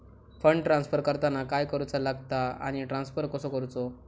Fund transfer करताना काय करुचा लगता आनी ट्रान्स्फर कसो करूचो?